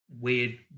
weird